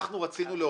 אנחנו רצינו לעודד,